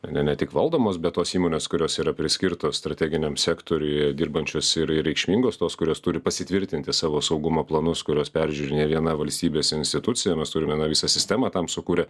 ar ne ne tik valdomos bet tos įmonės kurios yra priskirtos strateginiam sektoriuje dirbančios ir ir reikšmingos tos kurios turi pasitvirtinti savo saugumo planus kuriuos peržiūri ne viena valstybės institucija mes turime na visą sistemą tam sukūrę